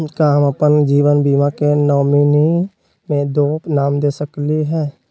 का हम अप्पन जीवन बीमा के नॉमिनी में दो नाम दे सकली हई?